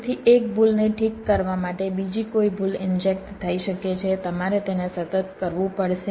તેથી એક ભૂલને ઠીક કરવા માટે બીજી કોઈ ભૂલ ઇન્જેક્ટ થઈ શકે છે તમારે તેને સતત કરવું પડશે